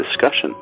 discussion